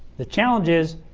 the challenge is